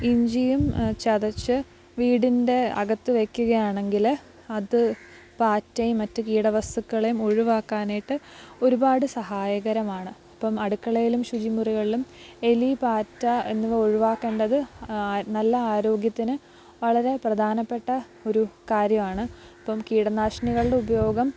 ഇഞ്ചിയും ചതച്ച് വീടിൻ്റെ അകത്ത് വെയ്ക്കുകയാണെങ്കില് അത് പാറ്റയും മറ്റ് കീടവസ്തുക്കളെയും ഒഴിവാക്കാനായിട്ട് ഒരുപാട് സഹായകരമാണ് ഇപ്പോള് അടുക്കളയിലും ശുചി മുറികളിലും എലി പാറ്റ എന്നിവ ഒഴിവാക്കണ്ടത് നല്ല ആരോഗ്യത്തിന് വളരെ പ്രധാനപ്പെട്ട ഒരു കാര്യമാണ് അപ്പോള് കീടനാശിനികളുടെ ഉപയോഗം